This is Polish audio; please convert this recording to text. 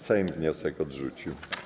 Sejm wniosek odrzucił.